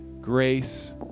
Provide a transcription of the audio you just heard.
grace